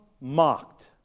mocked